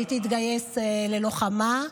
והיא תתגייס ללוחמה.